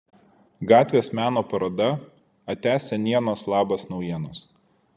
gatvės meno paroda ate senienos labas naujienos